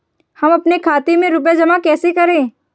हम अपने खाते में रुपए जमा कैसे करें?